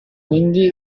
quindi